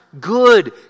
good